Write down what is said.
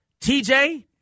TJ